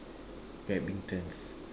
badminton